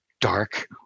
dark